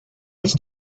his